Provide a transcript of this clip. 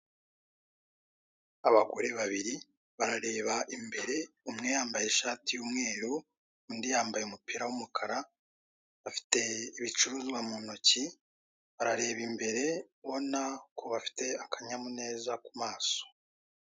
Abagore babiri barareba imbere umwe yambaye ishati y'umweru undi yambaye umupira w'umukara bafite ibicuruzwa mu ntoki barareba imbere ubona ko bafite akanyamuneza ku maso.